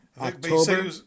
October